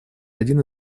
один